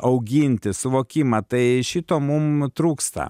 auginti suvokimą tai šito mum trūksta